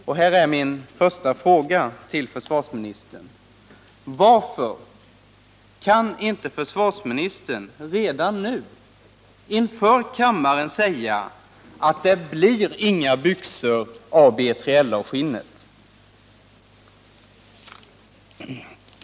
Och här är min första fråga: Varför kan inte försvarsministern redan nu inför kammaren säga, att det blir inga byxor av B3LA-skinnet?